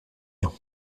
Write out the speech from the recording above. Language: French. hein